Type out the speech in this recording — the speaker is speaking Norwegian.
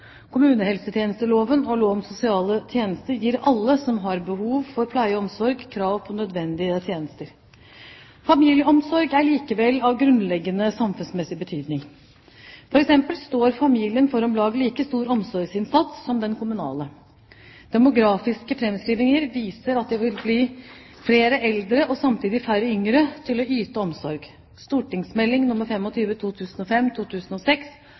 Kommunehelsetjenesteloven og lov om sosiale tjenester gir alle som har behov for pleie og omsorg, krav på nødvendige tjenester. Familieomsorg er likevel av grunnleggende samfunnsmessig betydning. For eksempel står familien for om lag like stor omsorgsinnsats som de kommunale tjenestene. Demografiske framskrivninger viser at det vil bli flere eldre og samtidig færre yngre til å yte omsorg.